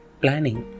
planning